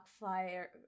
fire